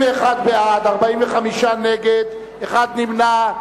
21 בעד, 45 נגד, אחד נמנע.